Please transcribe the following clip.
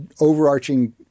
overarching